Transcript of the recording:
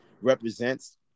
represents